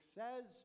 says